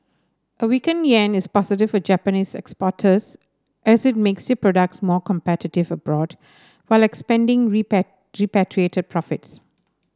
a weaking yen is positive for Japanese exporters as it makes their products more competitive abroad while expanding repat repatriated profits